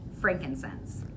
Frankincense